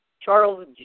Charles